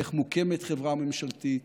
איך מוקמת חברה ממשלתית,